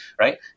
right